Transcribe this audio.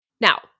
Now